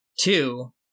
two